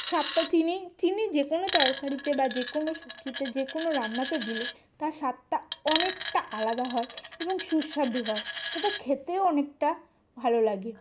স্বাদটা চিনির চিনি যে কোনো তরকারিতে বা যে কোনো সবজিতে বা যে কোনো রান্নাতে দিলে তার স্বাদটা অনেকটা আলাদা হয় এবং সুস্বাদু হয় তাতে খেতেও অনেকটা ভালো লাগে